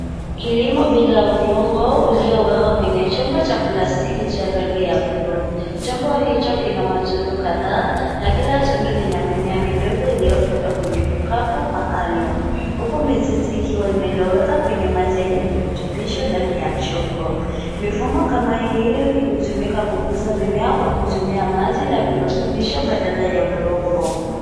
Kilimo bila udongo uliowekwa kwenye chombo cha plastiki cha rangi ya bluu. Chombo hicho kina matundu kadhaa na kila tundu lina mimea midogo iliyopondwa kwenye vikapu maalumu, huku mizizi ikiwa imeloweka kwenye maji yenye virutubisho ndani ya chombo. Mifumo kama hii hutumika kukuza mimea kwa kutumia maji na virutubisho badala ya udongo.